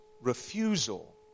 refusal